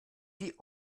die